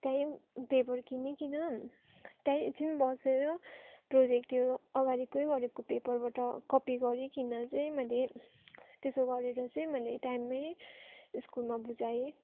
त्यहीँ पेपर किनिकन त्यहीँ एकछिन बसेर प्रोजेक्ट त्यो अगाडिकै गरेको पेपरबाट कपी गरिकन चाहिँ मैले त्यसो गरेर चाहिँ मैले टाइममै स्कुलमा बुझाएँ